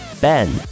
Ben